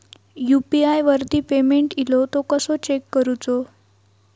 UPI वरती payment इलो तो कसो चेक करुचो?